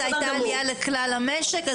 זו היתה עלייה לכלל המשק.